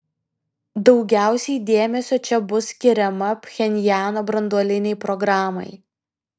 daugiausiai dėmesio čia bus skiriama pchenjano branduolinei programai